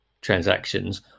transactions